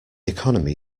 economy